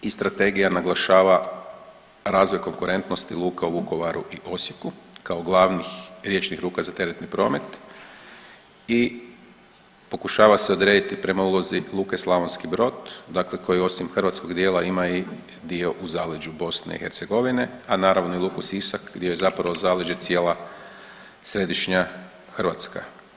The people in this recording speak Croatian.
I strategija naglašava razvoj konkurentnosti luka u Vukovaru i Osijeku kao glavnih riječnih luka za teretni promet i pokušava se odrediti prema ulozi luke Slavonski Brod, dakle koja osim hrvatskog dijela ima i dio u zaleđu BiH, a naravno i luku Sisak gdje je zapravo zaleđe cijela središnja Hrvatska.